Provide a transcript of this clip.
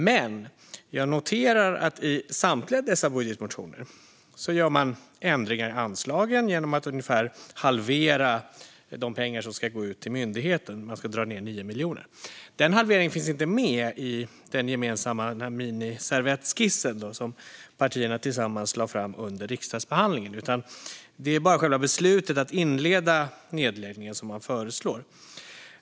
Men jag noterar att i samtliga dessa budgetmotioner gör man ändringar i anslagen genom att ungefär halvera de pengar som ska gå ut till myndigheten. Man ska dra ned med 9 miljoner kronor. Den halveringen finns inte med i den mini-servettskiss som partierna lade fram tillsammans under riksdagsbehandlingen, utan det är bara själva beslutet att inleda nedläggningen man föreslår.